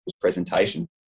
presentation